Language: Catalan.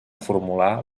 formular